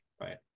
right